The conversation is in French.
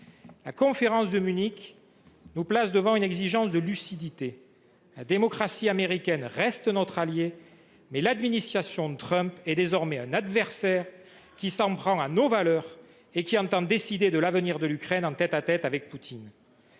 La conférence de Munich nous place devant une exigence de lucidité : la démocratie américaine reste notre alliée, mais l’administration Trump est désormais un adversaire qui s’en prend à nos valeurs et qui entend décider de l’avenir de l’Ukraine en tête à tête avec Poutine.